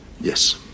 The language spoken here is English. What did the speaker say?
Yes